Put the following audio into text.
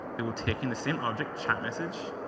it will take in the same object, chat message.